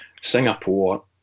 Singapore